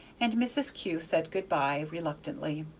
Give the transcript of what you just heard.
and mrs. kew said good by reluctantly.